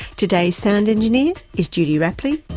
today's sound engineer is judy rapley,